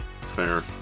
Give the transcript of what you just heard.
fair